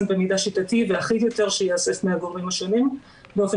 במידע שיטתי ואחיד יותר שייאסף מהגורמים השונים באופן